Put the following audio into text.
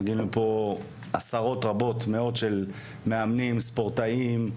מגיעים לפה עשרות רבות ומאות של מאמנים וספורטאים,